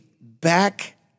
Back